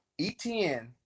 Etn